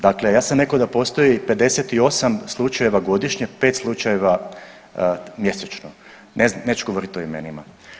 Dakle, ja sam rekao da postoji 58 slučajeva godišnje, 5 slučajeva mjesečno, neću govoriti o imenima.